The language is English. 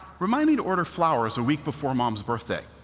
remind me to order flowers a week before mom's birthday.